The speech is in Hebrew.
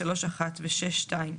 3(1) ו-6(2)